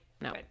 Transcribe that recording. no